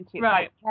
Right